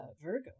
Virgo